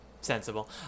Sensible